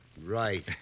Right